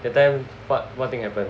that time but what what thing happened